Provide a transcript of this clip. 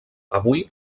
avui